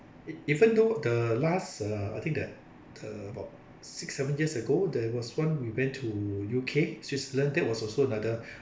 e~ even though the last uh I think that uh about six seven years ago there was once we went to U_K switzerland that was also another